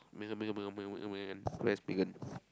where's megan